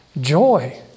Joy